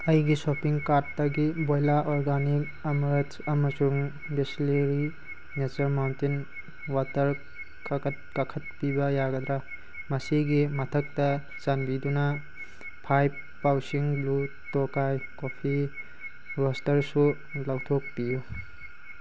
ꯑꯩꯒꯤ ꯁꯣꯞꯄꯤꯡ ꯀꯥꯔꯗꯇꯒꯤ ꯕꯣꯏꯂꯥ ꯑꯣꯔꯒꯅꯤꯛ ꯑꯝꯔꯠꯁ ꯑꯃꯁꯨꯡ ꯕꯤꯁꯂꯦꯔꯤ ꯅꯦꯆꯔꯦꯜ ꯃꯥꯎꯟꯇꯦꯟ ꯋꯥꯇꯔ ꯀꯛꯊꯠꯄꯤꯕ ꯌꯥꯒꯗ꯭ꯔꯥ ꯃꯁꯤꯒꯤ ꯃꯊꯛꯇ ꯆꯥꯟꯕꯤꯗꯨꯅ ꯐꯥꯏꯕ ꯄꯥꯎꯁꯤꯡ ꯂꯨ ꯇꯣꯀꯥꯏ ꯀꯣꯐꯤ ꯔꯣꯁꯇꯔꯁꯨ ꯂꯧꯊꯣꯛꯄꯤꯌꯨ